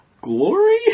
glory